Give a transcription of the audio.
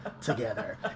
together